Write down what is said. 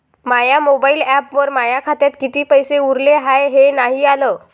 माया mobile ॲपवर माया खात्यात किती पैसे उरले हाय हे नाही आलं